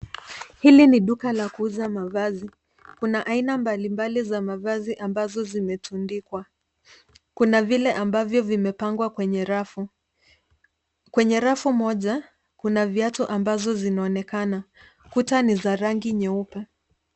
Hili ni duka la kuuza mavazi. Kuna aina mbali mbali za mavazi ambazo zimetundikwa. Kuna vile ambavyo vimepangwa kwenye rafu. Kwenye rafu moja, kuna viatu ambazo zinaonekana. Kuta ni za rangi nyeupe.